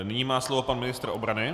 Nyní má slovo pan ministr obrany.